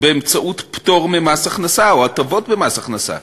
באמצעות פטור ממס הכנסה או הטבות במס הכנסה.